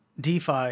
DeFi